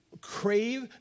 crave